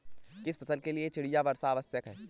किस फसल के लिए चिड़िया वर्षा आवश्यक है?